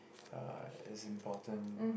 uh it's important